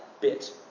bit